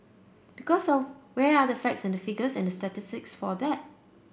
because of where are the facts and the figures and statistics for that